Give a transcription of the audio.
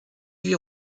huit